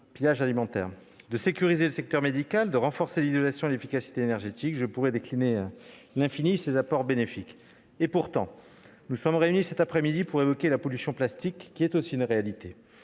gaspillage alimentaire, de sécuriser le secteur médical, de renforcer l'isolation et l'efficacité énergétique ... Je pourrais décliner à l'infini ses apports bénéfiques. Pourtant, nous sommes réunis cet après-midi pour évoquer la pollution causée par le plastique, qui est aussi une réalité.